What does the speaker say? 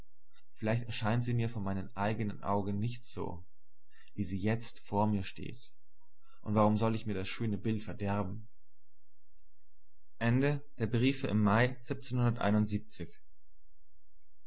vielleicht erscheint sie mir vor meinen eigenen augen nicht so wie sie jetzt vor mir steht und warum soll ich mir das schöne bild verderben im mai